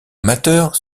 amateur